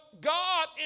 God